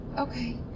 okay